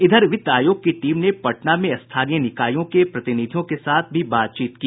इधर वित्त आयोग की टीम ने पटना में स्थानीय निकायों के प्रतिनिधियों के साथ भी बातचीत की